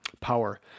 Power